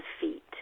feet